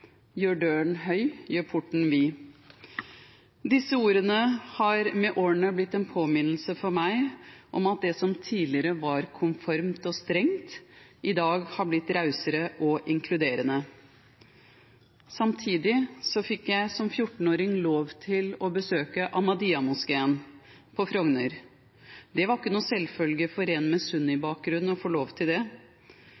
Gjør døren høy, gjør porten vid! Disse ordene har med årene blitt en påminnelse for meg om at det som tidligere var konformt og strengt, i dag har blitt rausere og inkluderende. Samtidig fikk jeg som 14-åring lov til å besøke ahmadiyya-moskeen på Frogner. Det var ikke noen selvfølge for en med